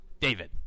David